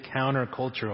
countercultural